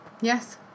yes